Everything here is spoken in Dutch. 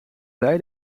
blij